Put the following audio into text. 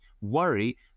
Worry